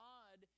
God